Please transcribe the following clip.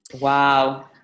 wow